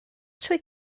trwy